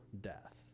death